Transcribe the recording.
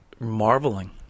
Marveling